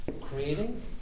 Creating